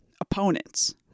opponents